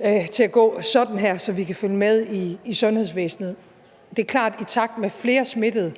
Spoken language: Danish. udfladende kurve), så vi kan følge med i sundhedsvæsenet. Det er klart, at i takt med flere smittede